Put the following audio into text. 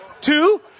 Two